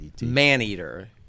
Maneater